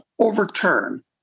overturn